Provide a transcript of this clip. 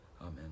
amen